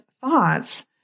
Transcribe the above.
thoughts